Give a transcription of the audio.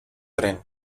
tren